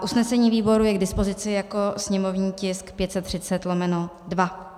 Usnesení výboru je k dispozici jako sněmovní tisk 530/2.